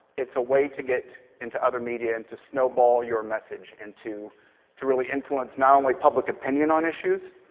it's a way to get into other media and to snowball your message. and to to really influence, not only public opinion on issues,